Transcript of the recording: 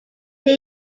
two